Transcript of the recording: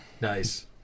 Nice